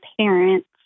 parents